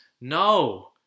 No